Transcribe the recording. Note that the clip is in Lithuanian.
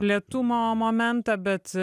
lėtumo momentą bet